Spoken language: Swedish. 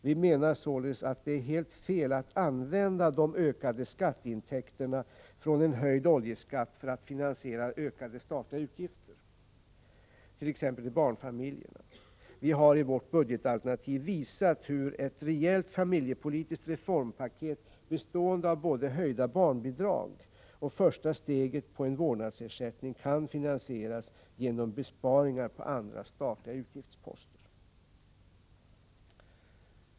Vi menar således att det är helt fel att använda de ökade skatteintäkterna från en höjd oljeskatt för att finansiera större statliga utgifter, t.ex. till barnfamiljerna. Vi har i vårt budgetalternativ visat hur ett rejält familjepoli tiskt reformpaket, bestående av både höjda barnbidrag och första steget på en vårdnadsersättning, kan finansieras genom besparingar på andra statliga utgiftsposter.